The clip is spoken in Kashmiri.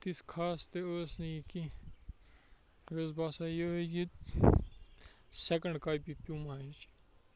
تِژھ خاص تہِ ٲس نہٕ یہِ کینٛہہ یہِ ٲس باسان یِہٕے یہِ سیکینٛڈ کاپی پیوٗماہِچ